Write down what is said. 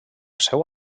seu